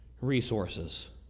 resources